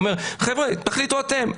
הוא אומר, חבר'ה, תחליטו אתם.